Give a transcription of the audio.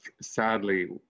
sadly